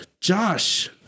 Josh